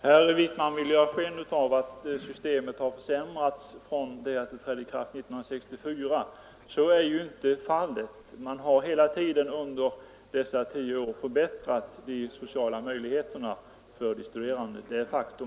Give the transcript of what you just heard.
Herr talman! Herr Wijkman vill ge sken av att systemet har försämrats från det att det trädde i kraft 1964. Så är ju inte fallet. Man har hela tiden under dessa tio år successivt förbättrat de ekonomiska möjligheterna för de studerande. Det är ett faktum.